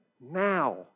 now